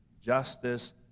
justice